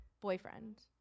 boyfriend